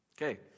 Okay